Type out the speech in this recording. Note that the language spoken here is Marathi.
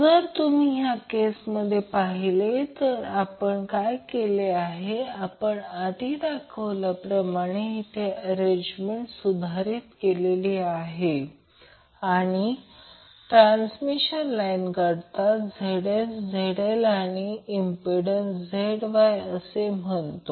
जर तुम्ही या केसमध्ये पाहिले तर आपण काय केले आहे आपण आधी दाखवल्याप्रमाणे येथे अरेंजमेंट सुधारित केलेली आहे आणि ट्रान्समिशन लाईनकरिता Zs Zl आणि इंम्प्पिडन्स ZY असे म्हणतो